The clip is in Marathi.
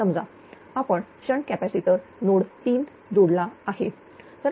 समजा आपण शंट कॅपॅसिटर नोड 3 जोडला आहे